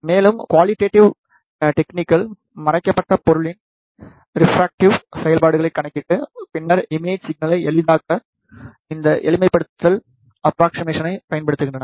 மேலும் குவாலிடேட்டிவ் டெக்னீக்கள் மறைக்கப்பட்ட பொருளின் ரீபிராக்ட்டிவ் செயல்பாட்டைக் கணக்கிட்டு பின்னர் இமேஜிங் சிக்கலை எளிதாக்க இந்த எளிமைப்படுத்தல் அப்ராக்சிமேசனை பயன்படுத்துகின்றன